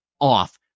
off